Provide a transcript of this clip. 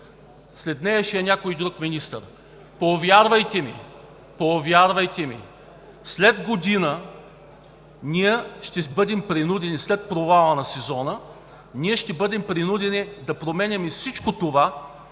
След нея ще е някой друг министър. Повярвайте ми, повярвайте ми, след година ние ще бъдем принудени след провала на сезона да променяме всичко това,